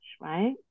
right